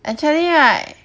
actually right